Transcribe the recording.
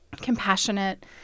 compassionate